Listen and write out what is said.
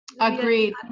agreed